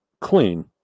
clean